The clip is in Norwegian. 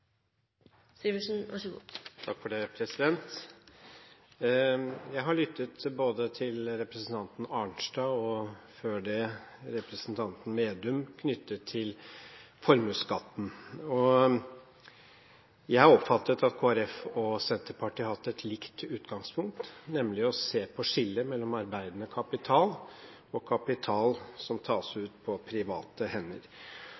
det til det representanten Slagsvold Vedum sa, knyttet til formuesskatten. Jeg har oppfattet at Kristelig Folkeparti og Senterpartiet har hatt et likt utgangspunkt, nemlig å se på skillet mellom arbeidende kapital og kapital som tas ut på private hender.